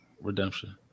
Redemption